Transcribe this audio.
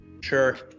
Sure